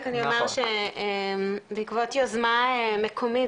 אני רק אומר שבעקבות יוזמה מקומית,